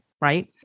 right